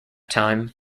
time